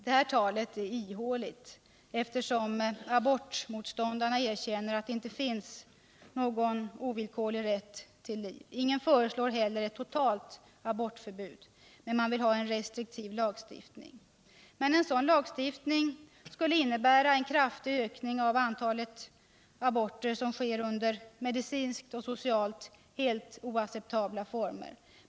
Detta tal är ihåligt, eftersom abortmotståndarna erkänner att det inte finns någon ovillkorlig rätt till liv. Ingen föreslår heller ett totalt abortförbud, men man vill ha en restriktiv lagstiftning. Men en sådan lagstiftning skulle innebära en kraftig ökning av antalet aborter som sker under medicinskt och socialt helt oacceptabla former.